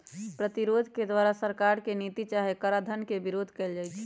प्रतिरोध के द्वारा सरकार के नीति चाहे कराधान के विरोध कएल जाइ छइ